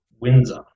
Windsor